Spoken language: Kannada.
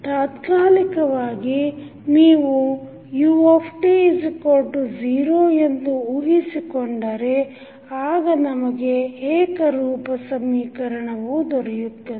ತಾತ್ಕಾಲಿಕವಾಗಿ ನೀವು ut0 ಎಂದು ಊಹಿಸಿಕೊಂಡರೆ ಆಗ ನಮಗೆ ಏಕರೂಪ ಸಮೀಕರಣವು ದೊರೆಯುತ್ತದೆ